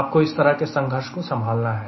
आपको इस तरह के संघर्ष को संभालना है